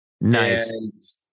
Nice